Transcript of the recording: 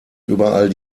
überall